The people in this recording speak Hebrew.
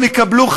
הם יקבלו,